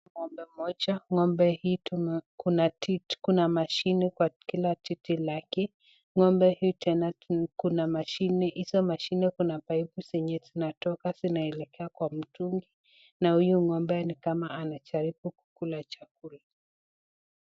Ngombe moja. Ngombe hii kuna mashini kwa kila titi lake. Hizo mashini kuna paipu zenye zinatoka zinaelekea kwa mtungi. Na huyo ngombe ni kama anajaribu kula chakula.